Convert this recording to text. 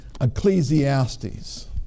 Ecclesiastes